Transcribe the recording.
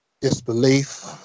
disbelief